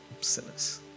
sinners